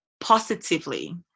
positively